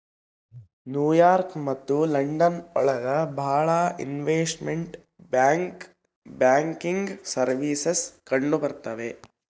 new York ಮತ್ತು London ಒಳಗ ಭಾಳ ಇನ್ವೆಸ್ಟ್ಮೆಂಟ್ ಬ್ಯಾಂಕಿಂಗ್ ಸರ್ವೀಸಸ್ ಕಂಡುಬರ್ತವೆ